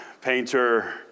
painter